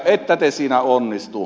ette te siinä onnistu